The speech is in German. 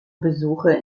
besuche